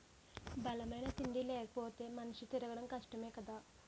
బలమైన తిండి లేపోతే మనిషి తిరగడం కష్టమే కదా